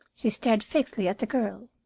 she stared fixedly at the girl.